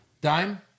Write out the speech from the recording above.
Dime